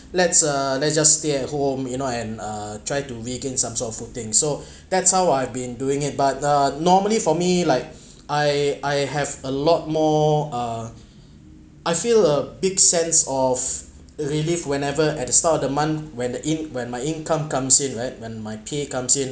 let's uh let's just stay at home you know and uh try to vegan some sort of food thing so that's how I've been doing it but uh normally for me like I I have a lot more uh I feel a big sense of relief whenever at the start of the month when the in~ when my income comes in right when my pay comes in